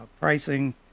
pricing